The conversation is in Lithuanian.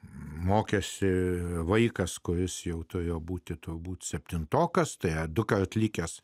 mokėsi vaikas kuris jau turėjo būti tuo būti septintokas tai dukart likęs